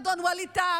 אדון ווליד טאהא,